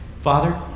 Father